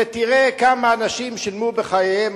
ותראה כמה אנשים שילמו בחייהם,